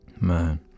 Man